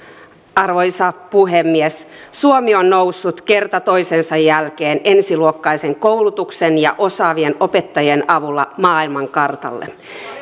arvoisa puhemies suomi on noussut kerta toisensa jälkeen ensiluokkaisen koulutuksen ja osaavien opettajien avulla maailmankartalle